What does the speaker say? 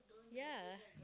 ya